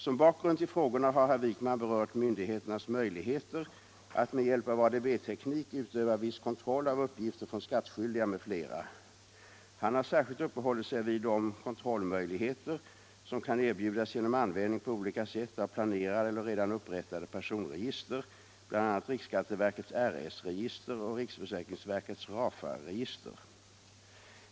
Som bakgrund till frågorna har herr Wijkman berört myndigheternas möjligheter att med hjälp av ADB-teknik utöva viss kontroll av uppgifter från skattskyldiga m.fl. Han har särskilt uppehållit sig vid de kontrollmöjligheter som kan erbjudas genom användning på olika sätt av planerade eller redan upprättade personregister, bl.a. riksskatteverkets RS register och riksförsäkringsverkets RAFA-register.